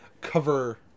cover